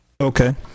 Okay